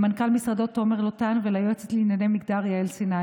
למנכ"ל משרדו תומר לוטן וליועצת לענייני מגדר יעל סיני